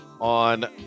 on